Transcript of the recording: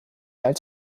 als